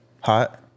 Hot